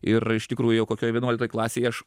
ir iš tikrųjų jau kokioj vienuoliktoj klasėj aš